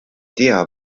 tea